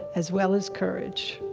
as well as courage